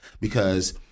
because-